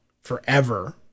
forever